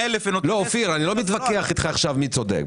אופיר, אני לא מתווכח איתך מי צודק.